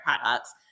products